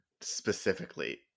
specifically